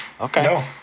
Okay